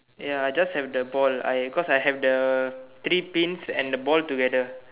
ya I just have the ball I cause I have the three pins and the ball together